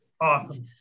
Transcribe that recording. Awesome